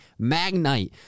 Magnite